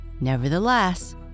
Nevertheless